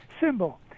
symbol